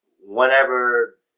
whenever